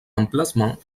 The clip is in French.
emplacement